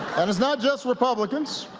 and it's not just republicans.